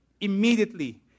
Immediately